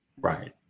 Right